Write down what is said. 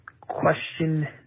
question